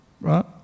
right